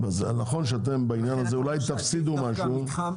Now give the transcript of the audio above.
נכון שאתם בעניין הזה אולי תפסידו משהו.